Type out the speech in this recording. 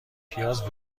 پیاز